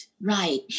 right